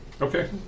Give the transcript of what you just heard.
Okay